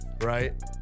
Right